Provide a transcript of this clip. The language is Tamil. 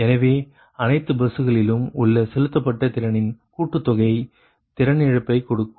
எனவே அனைத்து பஸ்களிலும் உள்ள செலுத்தப்பட்ட திறனின் கூட்டுத்தொகை திறன் இழப்பைக் கொடுக்கும்